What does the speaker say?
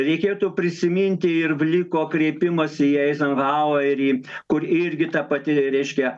reikėtų prisiminti ir vliko kreipimąsi į eizenhauerį kur irgi ta pati reiškia